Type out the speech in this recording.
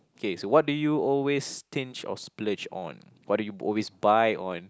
okay so what do you always stinge or splurge on what do you always buy on